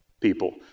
people